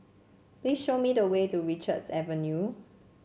please show me the way to Richards Avenue